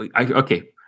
Okay